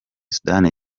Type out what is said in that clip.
sudani